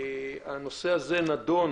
הנושא הזה נדון